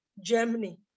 Germany